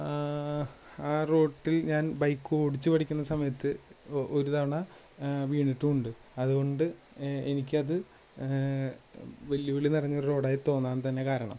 ആ റോട്ടില് ഞാന് ബൈക്ക് ഓടിച്ച് പഠിക്കുന്ന സമയത്ത് ഒ ഒരുതവണ വീണിട്ടുമുണ്ട് അതുകൊണ്ട് എനിക്കത് വെല്ലുവിളി നിറഞ്ഞ ഒരു റോഡായി തോന്നാൻ തന്നെ കാരണം